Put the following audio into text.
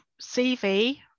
CV